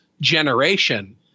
generation